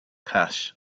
cash